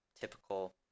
typical